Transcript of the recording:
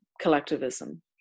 collectivism